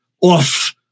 off